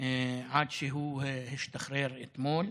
עד שהוא השתחרר אתמול.